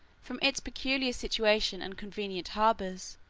from its peculiar situation and convenient harbors,